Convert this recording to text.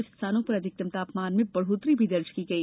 कुछ स्थानों पर अधिकतम तापमान में बढ़ोत्तरी भी दर्ज की गई